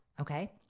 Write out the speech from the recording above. okay